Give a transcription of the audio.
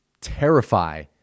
terrify